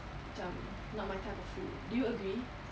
macam not my type of food do you agree